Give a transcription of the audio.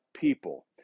people